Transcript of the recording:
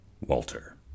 Walter